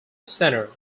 center